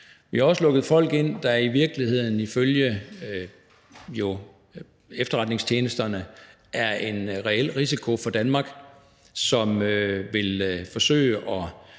Vi har også lukket folk ind, der i virkeligheden ifølge efterretningstjenesterne udgør en reel risiko for Danmark, som vil forsøge at